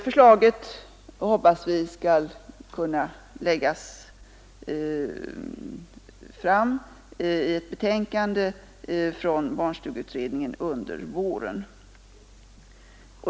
Förslag från barnstugeutredningen hoppas vi skall kunna läggas fram i ett betänkande under våren.